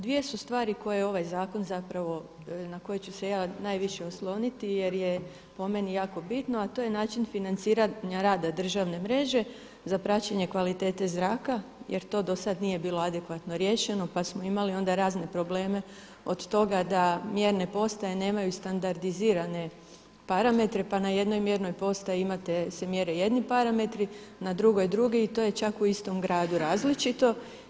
Dvije su stvari koje ovaj zakon zapravo, na koje ću se ja najviše osloniti jer je po meni jako bitno a to je način financiranja rada države mreže za praćenje kvalitete zraka jer to do sada nije bilo adekvatno riješeno pa smo imali onda razne probleme od toga da mjerne postaje nemaju standardizirane parametre pa na jednoj mjernoj postaji imate, se mjere jedni parametri, na drugoj drugi i to je čak u istom gradu različito.